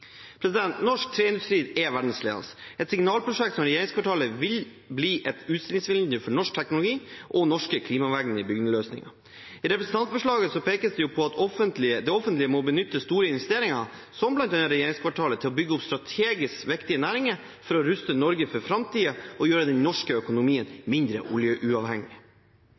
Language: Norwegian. hovedrolle. Norsk treindustri er verdensledende. Et signalprosjekt som regjeringskvartalet vil bli et utstillingsvindu for norsk teknologi og norske klimavennlige byggeløsninger. I representantforslaget pekes det på at det offentlige må benytte store investeringer, som bl.a. regjeringskvartalet, til å bygge opp strategisk viktige næringer for å ruste Norge for framtiden og gjøre den norske økonomien mindre